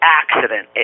accident